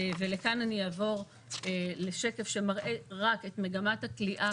אעבור לשקף שמראה רק את מגמת הכליאה,